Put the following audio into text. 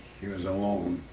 he was alone.